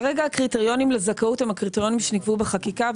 כרגע הקריטריונים לזכאות הם הקריטריונים שנקבעו בחקיקה,